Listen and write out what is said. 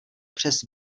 přes